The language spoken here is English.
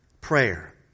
prayer